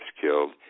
killed